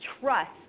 trust